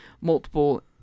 multiple